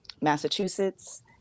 Massachusetts